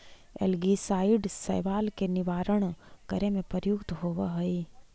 algicide शैवाल के निवारण करे में प्रयुक्त होवऽ हई